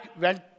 went